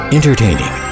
Entertaining